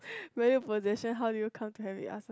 没有 possession how do you come carry us lah